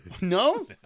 No